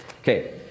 Okay